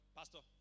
pastor